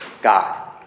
god